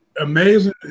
amazing